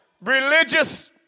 religious